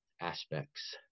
aspects